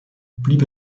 blieb